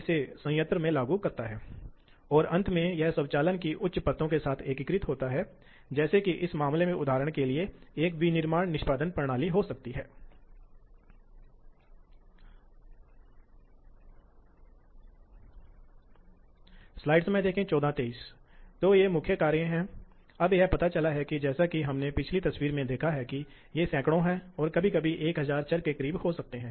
इसी तरह तापमान के लिए बहुत उच्च तापमान पहले उत्पाद की गुणवत्ता को प्रभावित कर सकता है और दूसरे कभी कभी आयाम भी प्रभावित हो सकता है